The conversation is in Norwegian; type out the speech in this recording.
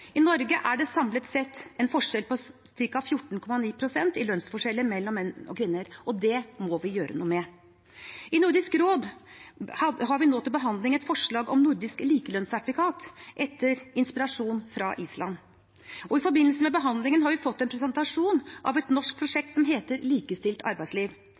I Norge er det samlet sett en lønnsforskjell på ca. 14,9 pst. mellom menn og kvinner, og det må vi gjøre noe med. I Nordisk råd har vi nå til behandling et forslag om nordisk likelønnssertifikat etter inspirasjon fra Island. I forbindelse med behandlingen har vi fått en presentasjon av et norsk prosjekt som heter Likestilt arbeidsliv.